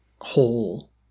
whole